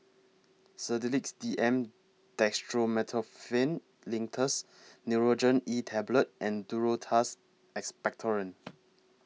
Sedilix D M Dextromethorphan Linctus Nurogen E Tablet and Duro Tuss Expectorant